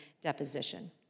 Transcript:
deposition